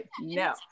no